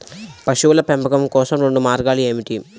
పశువుల పెంపకం కోసం రెండు మార్గాలు ఏమిటీ?